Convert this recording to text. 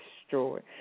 destroyed